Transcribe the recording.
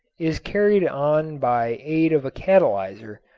is carried on by aid of a catalyzer,